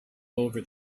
over